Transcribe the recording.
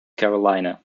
carolina